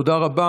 תודה רבה.